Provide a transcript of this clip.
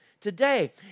today